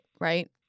right